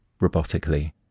robotically